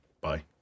Bye